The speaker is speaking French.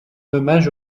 hommage